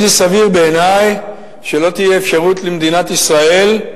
לא סביר בעיני שלא תהיה אפשרות למדינת ישראל,